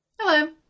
Hello